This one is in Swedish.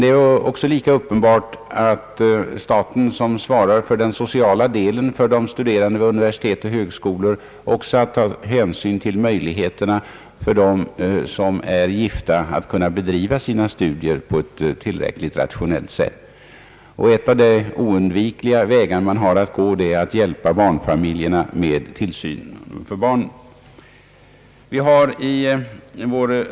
Lika uppenbart är emellertid att staten, som svarar för de sociala insatserna för de studerande vid universitet och högskolor, också har skyldighet att bereda möjlighet för dem som är gifta ait bedriva sina studier på ett tillräckligt rationellt sätt. En oundviklig uppgift är härvid att hjälpa barnfamiljerna med barntillsynen.